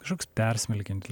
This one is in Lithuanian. kažkoks persmelkiant